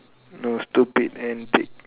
no stupid antic